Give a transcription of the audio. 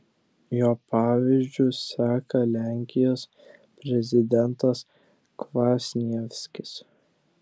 jo pavyzdžiu seka lenkijos prezidentas kvasnievskis